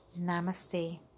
Namaste